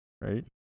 right